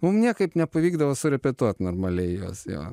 mum niekaip nepavykdavo surepetuot normaliai jos jo